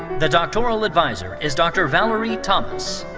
the doctoral adviser is dr. valerie thomas.